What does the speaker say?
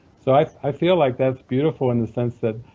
so i i feel like that's beautiful in the sense that,